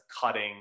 cutting